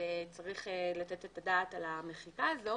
וצריך לתת את הדעת על המחיקה הזו